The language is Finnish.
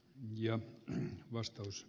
ja vastaus